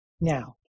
Now